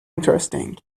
interesting